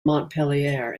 montpellier